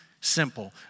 simple